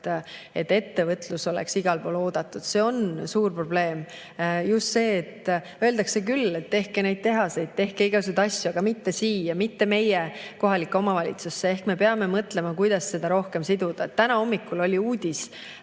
et ettevõtlus oleks igal pool oodatud. See on suur probleem. Just see, et öeldakse küll, et tehke neid tehaseid, tehke igasuguseid asju, aga mitte siia, mitte meie kohalikku omavalitsusse. Ehk me peame mõtlema, kuidas seda rohkem siduda. Täna hommikul just